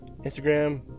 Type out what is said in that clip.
Instagram